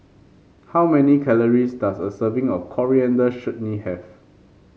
how many calories does a serving of Coriander Chutney have